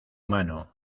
mano